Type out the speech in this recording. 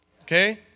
Okay